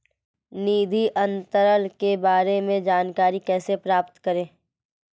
निधि अंतरण के बारे में जानकारी कैसे प्राप्त करें?